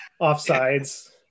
offsides